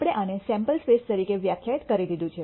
આપણે આને sample space તરીકે વ્યાખ્યાયિત કરી દીધું છે